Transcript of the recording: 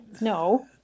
no